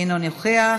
אינו נוכח,